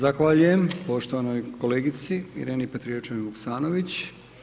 Zahvaljujem poštovanoj kolegici Ireni Petrijevčanin Vukasanović.